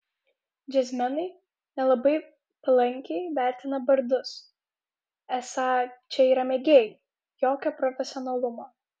džiazmenai nelabai palankiai vertina bardus esą čia yra mėgėjai jokio profesionalumo